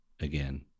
again